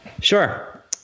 Sure